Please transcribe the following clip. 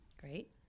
Great